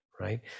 right